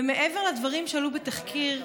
ומעבר לדברים שעלו בתחקיר,